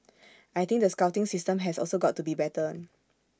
I think the scouting system has also got to be better